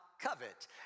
Covet